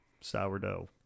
sourdough